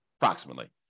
approximately